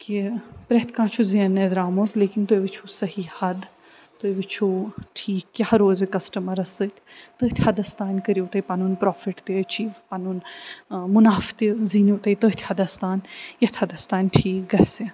کہِ پرٛٮ۪تھ کانٛہہ چھُ زینٛنہِ درٛامُت لیکِن تُہۍ وٕچھُو صحیح حد تۄہہِ وٕچھُو ٹھیٖک کیٛاہ روزِ کسٹٕمرس سۭتۍ تٔتھۍ حدس تام کٔرِو تُہۍ پنُن پرٛافِٹ تہِ أچیٖو پنُن مُنافہٕ تہِ زیٖنِو تُہۍ تٔتھۍ حدس تام یَتھ حدس تام ٹھیٖک گَژھِ